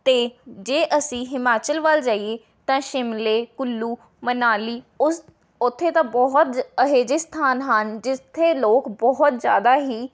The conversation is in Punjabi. ਅਤੇ ਜੇ ਅਸੀਂ ਹਿਮਾਚਲ ਵੱਲ ਜਾਈਏ ਤਾਂ ਸ਼ਿਮਲੇ ਕੁੱਲੂ ਮਨਾਲੀ ਉਸ ਉੱਥੇ ਤਾਂ ਬਹੁਤ ਜ ਇਹੇ ਜਿਹੇ ਸਥਾਨ ਹਨ ਜਿੱਥੇ ਲੋਕ ਬਹੁਤ ਜ਼ਿਆਦਾ ਹੀ